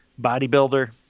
bodybuilder